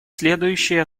следующие